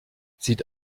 sieht